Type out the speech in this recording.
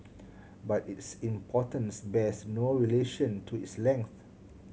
but its importance bears no relation to its length